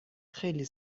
خیلی